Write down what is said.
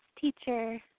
teacher